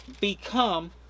become